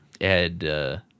Ed